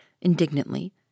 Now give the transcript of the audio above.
indignantly